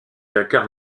dakar